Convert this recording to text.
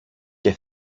και